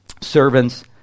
servants